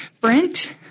Brent